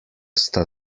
sta